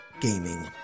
gaming